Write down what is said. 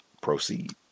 Proceed